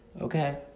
Okay